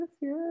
Yes